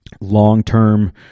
long-term